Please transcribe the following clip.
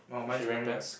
is she wearing pants